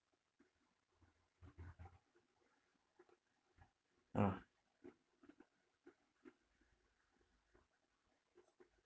ah